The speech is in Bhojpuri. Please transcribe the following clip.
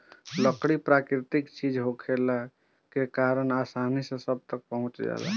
लकड़ी प्राकृतिक चीज होखला के कारण आसानी से सब तक पहुँच जाला